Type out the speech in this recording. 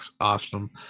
awesome